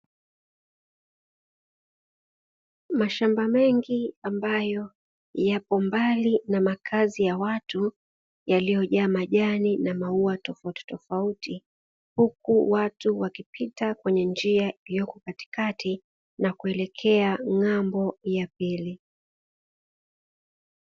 Mashamba mengi ambayo yapo mbali na makazi ya watu yaliyojaa majani na maua tofautitofauti, huku watu wakipita kwenye njia iliyoko katikati na kuelekea ng'ambo ya pili.